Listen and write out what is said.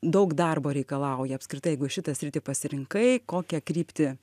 daug darbo reikalauja apskritai jeigu šitą sritį pasirinkai kokią kryptį